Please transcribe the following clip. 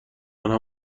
آنها